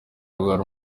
arwara